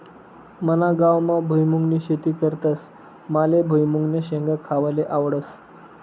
मना गावमा भुईमुंगनी शेती करतस माले भुईमुंगन्या शेंगा खावाले आवडस